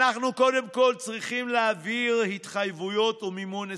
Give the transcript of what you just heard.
"אנחנו קודם כול צריכים להעביר התחייבויות ומימון הסכמים.